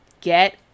Get